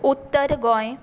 Uttar Goa